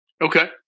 Okay